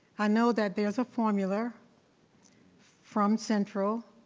i know that there's a formula from central,